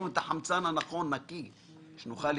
את החמצן הנכון והנקי כדי שנוכל לחיות.